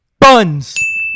Buns